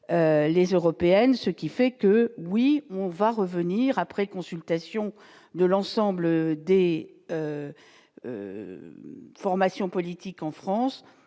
les européennes, ce qui fait que, oui, on va revenir après consultation de l'ensemble dès formation politique en France,